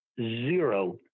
zero